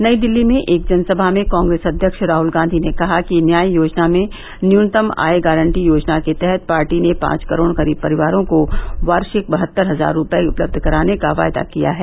नई दिल्ली में एक जनसभा में कांग्रेस अध्यक्ष राहुल गांधी ने कहा कि न्याय योजना में न्यूनतम आय गारंटी योजना के तहत पार्टी ने पांच करोड़ गरीब परिवारों को वार्षिक बहत्तर हजार रुपये उपलब्ध कराने का वायदा किया है